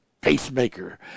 pacemaker